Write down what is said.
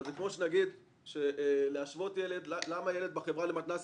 אבל זה כמו שנשאל למה ילד בחברה למתנ"סים